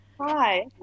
Hi